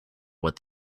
what